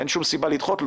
אין שום סיבה לדחות,